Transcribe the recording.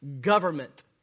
government